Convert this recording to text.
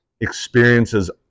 experiences